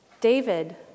David